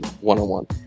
one-on-one